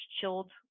chilled